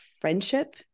friendship